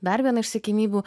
dar viena iš siekiamybių